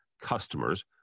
customers